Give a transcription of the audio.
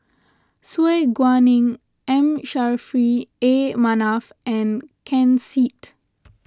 Su Guaning M Saffri A Manaf and Ken Seet